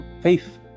faith